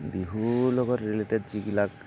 বিহুৰ লগত ৰিলেটেড যিবিলাক